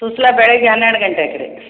ಸುಸ್ಲಾ ಬೆಳಿಗ್ಗೆ ಹನ್ನೆರಡು ಗಂಟೆಗ್ ರೀ